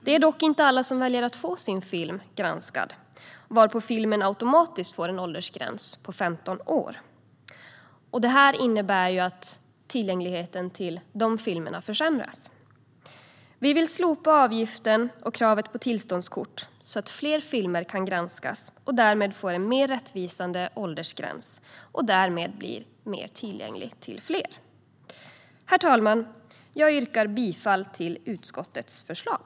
Det är dock inte alla som väljer att få sin film granskad, varpå filmen automatiskt får en åldersgräns på femton år. Det innebär att tillgängligheten till de filmerna försämras. Vi vill slopa avgiften och kravet på tillståndskort så att fler filmer kan granskas och därmed få mer rättvisande åldersgränser och bli tillgängliga för fler. Herr talman! Jag yrkar bifall till utskottets förslag.